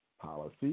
policy